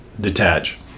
detach